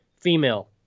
female